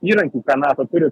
įrankių ką nato turi